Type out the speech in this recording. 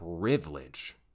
privilege